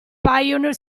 pioneer